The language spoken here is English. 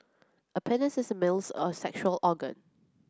a penis is a male's a sexual organ